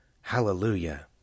Hallelujah